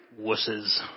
wusses